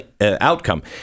outcome